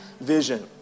vision